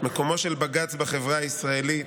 מקומו של בג"ץ בחברה הישראלית".